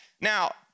Now